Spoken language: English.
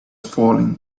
falling